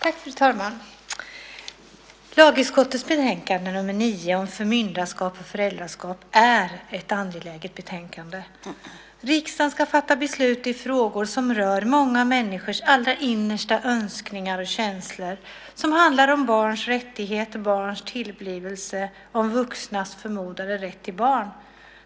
Fru talman! Lagutskottets betänkande 9 om förmynderskap och föräldraskap är ett angeläget betänkande. Riksdagen ska fatta beslut i frågor som rör många människors allra innersta önskningar och känslor. Det handlar om barns rättigheter, om barns tillblivelse, om vuxnas förmodade rätt till barn.